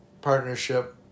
partnership